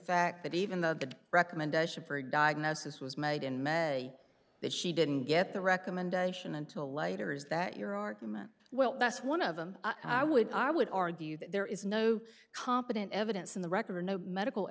fact that even the recommendation for a diagnosis was made in may that she didn't get the recommendation until later is that your argument well that's one of them i would i would argue that there is no competent evidence in the record or no medical